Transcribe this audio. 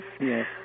Yes